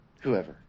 whoever